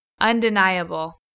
undeniable